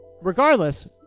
regardless